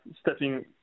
stepping